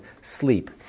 sleep